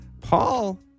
Paul